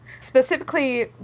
Specifically